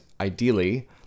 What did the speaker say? ideally